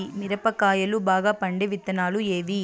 మిరప కాయలు బాగా పండే విత్తనాలు ఏవి